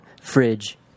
fridge